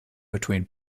between